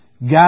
God